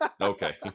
okay